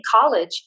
college